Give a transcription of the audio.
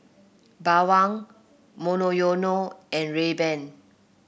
Bawang Monoyono and Rayban